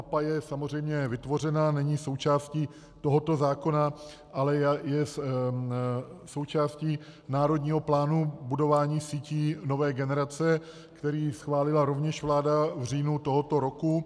Mapa je samozřejmě vytvořena, není součástí tohoto zákona, ale je součástí národního plánu budování sítí nové generace, který schválila rovněž vláda v říjnu tohoto roku.